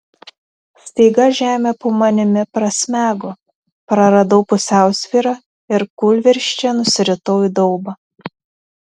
staiga žemė po manimi prasmego praradau pusiausvyrą ir kūlvirsčia nusiritau į daubą